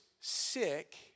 sick